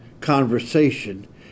conversation